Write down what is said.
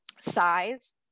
size